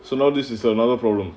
so now this is another problem